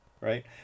Right